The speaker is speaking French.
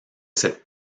cette